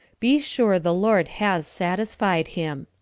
be sure the lord has satisfied him.